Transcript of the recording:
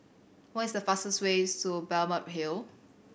what is fastest way to Balmeg Hill